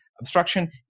obstruction